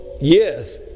yes